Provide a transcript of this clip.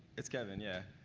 it's kevin, yeah,